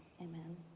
Amen